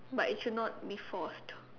but it should not be forced